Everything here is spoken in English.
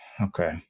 Okay